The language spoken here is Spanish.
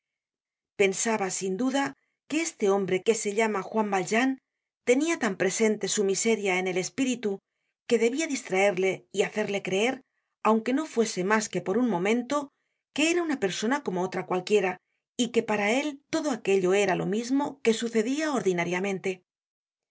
pensaba sin duda que este hombre que se llama juan valjean tenia tan presente su miseria en el espíritu que debia distraerle y hacerle creer aunque no fuese mas que por un momento que era una persona como otra cualquiera y que para él todo aquello era lo mismo que su cedia ordinariamente